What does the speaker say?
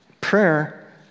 Prayer